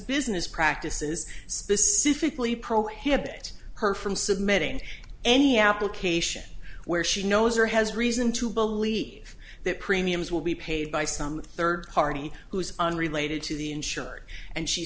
business practices specifically prohibit her from submitting any application where she knows or has reason to believe that premiums will be paid by some third party who is unrelated to the insured and she